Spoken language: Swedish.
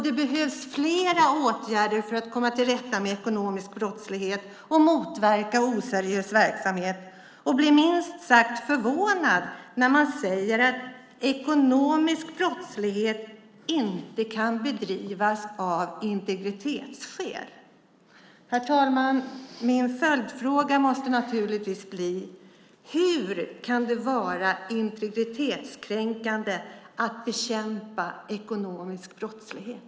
Det behövs flera åtgärder för att komma till rätta med ekonomisk brottslighet och motverka oseriös verksamhet. Jag blir minst sagt förvånad när man säger att ekonomisk brottslighet inte kan bekämpas av integritetsskäl. Herr talman! Min följdfråga måste naturligtvis bli: Hur kan det vara integritetskränkande att bekämpa ekonomisk brottslighet?